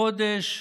חודש